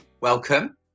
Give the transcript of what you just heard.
Welcome